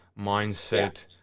mindset